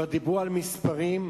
כבר דיברו על מספרים.